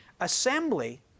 Assembly